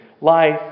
life